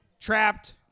trapped